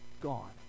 gone